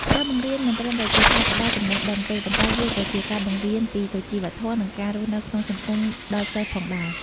ការបង្រៀនមិនត្រឹមតែជាការផ្ដល់ចំណេះដឹងទេ ប៉ុន្តែវាក៏ជាការបង្រៀនពីសុជីវធម៌ និងការរស់នៅក្នុងសង្គមដល់សិស្សផងដែរ។